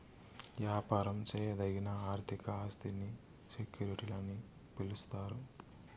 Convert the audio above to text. యాపారం చేయదగిన ఆర్థిక ఆస్తిని సెక్యూరిటీలని పిలిస్తారు